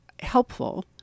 helpful